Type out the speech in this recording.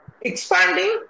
Expanding